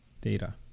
data